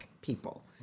people